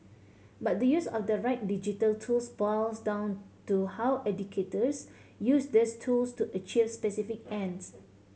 but the use of the right digital tools boils down to how educators use these tools to achieve specific ends